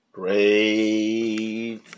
Great